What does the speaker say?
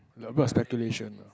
speculation lah